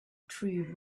tree